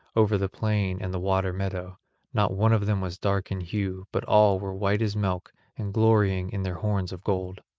over the plain and the water-meadow not one of them was dark in hue but all were white as milk and glorying in their horns of gold.